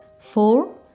four